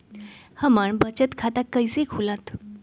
हमर बचत खाता कैसे खुलत?